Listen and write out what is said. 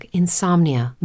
insomnia